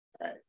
Right